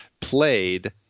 played